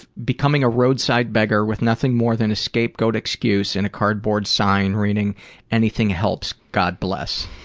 becoming a road side beggar with nothing more than a scapegoat excuse and a cardboard sign reading anything helps. god bless.